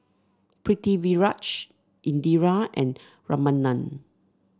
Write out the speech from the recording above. Pritiviraj Indira and Ramanand